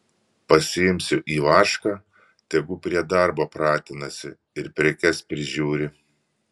pasiimsiu ivašką tegu prie darbo pratinasi ir prekes prižiūri